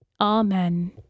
Amen